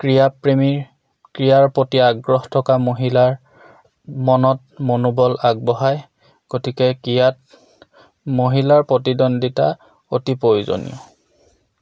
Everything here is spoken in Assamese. ক্ৰীড়া প্ৰ্ৰেমীৰ ক্ৰীড়াৰ প্ৰতি আগ্ৰহ থকা মহিলাৰ মনত মনোবল আগবঢ়ায় গতিকে ক্ৰীড়াত মহিলাৰ প্ৰতিদ্বন্দিতা অতি প্ৰয়োজনীয়